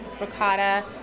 ricotta